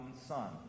son